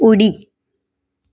उडी